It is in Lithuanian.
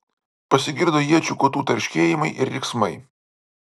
pasigirdo iečių kotų tarškėjimai ir riksmai